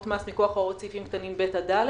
מס מכוח הוראות סעיפים קטנים ב ד,